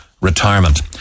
retirement